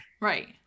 Right